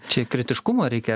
čia kritiškumo reikia